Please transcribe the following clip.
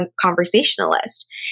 conversationalist